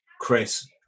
Chris